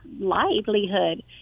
livelihood